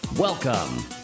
Welcome